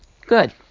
Good